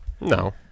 No